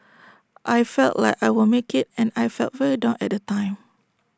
I felt like I won't make IT and I felt very down at the time